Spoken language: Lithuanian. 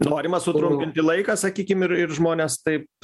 norima sutrumpinti laiką sakykim ir ir žmonės taip